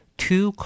two